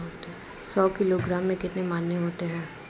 सौ किलोग्राम में कितने मण होते हैं?